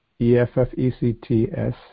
E-F-F-E-C-T-S